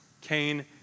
Cain